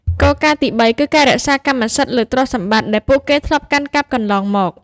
គោលការណ៍ទីបី គឺការរក្សាកម្មសិទ្ធិលើទ្រព្យសម្បត្តិដែលពួកគេធ្លាប់កាន់កាប់កន្លងមក។